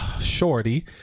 Shorty